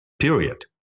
period